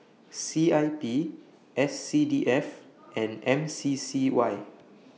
C I P S C D F and M C C Y